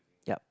yup